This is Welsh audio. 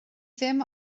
ddim